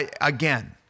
Again